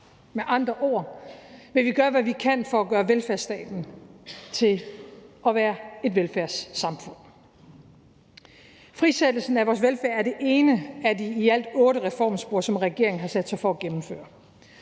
Med andre ord vil vi gøre, hvad vi kan, for at gøre velfærdsstaten til et velfærdssamfund. Frisættelsen af vores velfærd er det ene af de i alt otte reformspor, som regeringen har sat sig for at gennemføre.